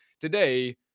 today